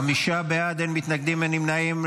חמישה בעד, אין מתנגדים, אין נמנעים.